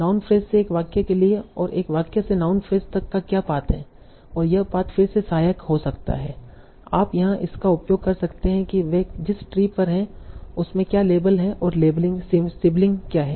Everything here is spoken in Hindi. नाउन फ्रेज से एक वाक्य के लिए और एक वाक्य से नाउन फ्रेज तक का क्या पाथ है और यह पाथ फिर से सहायक हो सकता है आप यहाँ इसका उपयोग कर सकते हैं कि वे जिस ट्री पर हैं उसमें क्या लेबल है और सिबलिंग क्या है